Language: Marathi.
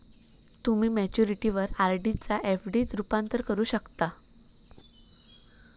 तुम्ही मॅच्युरिटीवर आर.डी चा एफ.डी त रूपांतर करू शकता